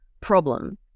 problem